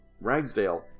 Ragsdale